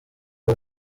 abo